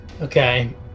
Okay